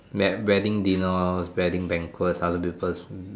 wed~ wedding dinner lor wedding banquet other people's